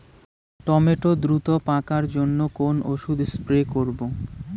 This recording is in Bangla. টমেটো দ্রুত পাকার জন্য কোন ওষুধ স্প্রে করব?